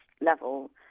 level